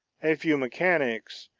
a few mechanics,